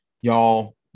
Y'all